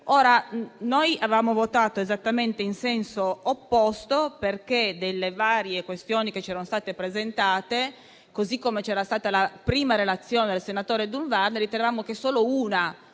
Noi avevamo votato in senso opposto, perché delle varie questioni che ci erano state presentate, così come c'era stata la prima relazione del senatore Durnwalder, ritenevamo che solo una